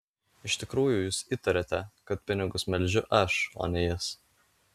iš tikrųjų jūs įtariate kad pinigus melžiu aš o ne jis